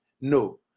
No